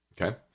Okay